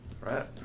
Right